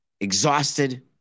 exhausted